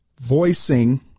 voicing